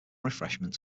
refreshments